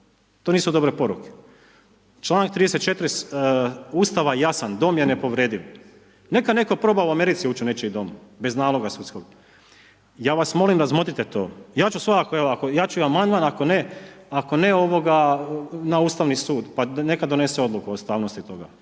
To nisu dobre poruke. Članak 34. Ustava je jasan „Dom je nepovrediv“, neka netko proba u Americi ući u nečiji dom bez naloga sudskog. Ja vas molim, razmotrite to. Ja ću svakako evo, ja ću amandman, ako ne, na Ustavni sud pa neka donese odluku o ustavnosti toga,